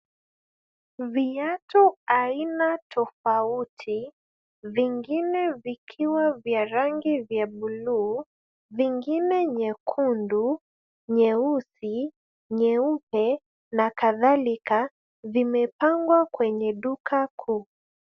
Viatu aina tofauti, vingine vikiwa vya rangi vya buluu, vingine nyekundu, nyeusi, nyeupe na kadhalika, vimepangwa kwenye duka kuu.